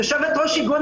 כיושבת-ראש האיגוד,